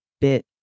bit